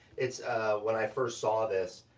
it's when i first saw this,